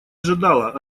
ожидала